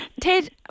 Ted